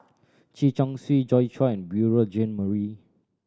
Chen Chong Swee Joi Chua Beurel Jean Marie